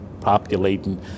populating